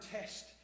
test